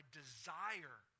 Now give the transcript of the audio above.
desire